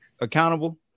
accountable